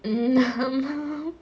mm ஆமா:aamaa